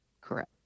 Correct